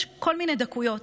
יש כל מיני דקויות.